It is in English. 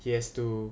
it has to